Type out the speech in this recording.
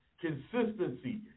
consistency